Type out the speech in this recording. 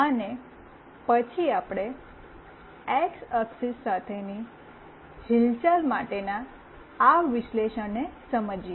અને પછી આપણે એક્સ એક્સિસ સાથેની હિલચાલ માટેના આ વિશ્લેષણને સમજીએ